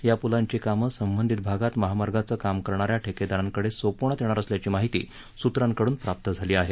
या पुलांची कामं संबंधित भागात महामार्गाचे काम करणाऱ्या ठेकेदारांकडे सोपविण्यात येणार असल्याची माहिती सूत्रांकडून प्राप्त झाली आहे